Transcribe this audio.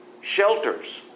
shelters